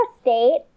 state